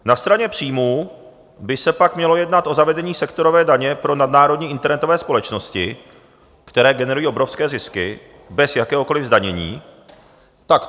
Na straně příjmů by se pak mělo jednat o zavedení sektorové daně pro nadnárodní internetové společnosti, které generují obrovské zisky bez jakéhokoliv zdanění.